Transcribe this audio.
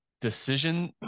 decision